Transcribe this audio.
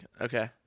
okay